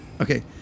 Okay